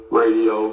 radio